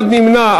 אחד נמנע.